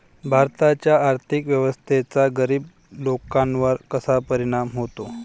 भारताच्या आर्थिक व्यवस्थेचा गरीब लोकांवर कसा परिणाम होतो?